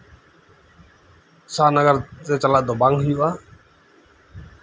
ᱥᱟᱦᱟᱨ ᱱᱟᱜᱟᱨ ᱛᱮ ᱪᱟᱞᱟᱜ ᱫᱚ ᱵᱟᱝ ᱦᱩᱭᱩᱜᱼᱟ